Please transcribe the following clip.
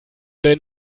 den